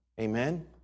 Amen